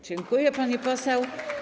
Dziękuję, pani poseł.